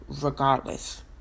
regardless